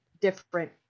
different